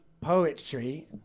poetry